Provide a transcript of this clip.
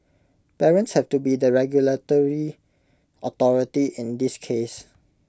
parents have to be the 'regulatory authority' in this case